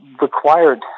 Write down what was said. required